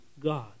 God